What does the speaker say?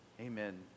Amen